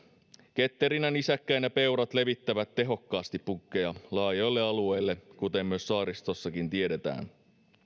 ketterinä nisäkkäinä peurat levittävät tehokkaasti punkkeja laajoille alueille kuten myös saaristossa tiedetään